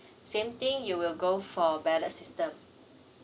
same thing you will go for ballot system